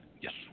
Yes